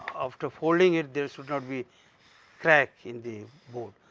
after folding it there should not be crack in the board.